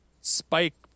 spike